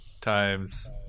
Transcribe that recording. times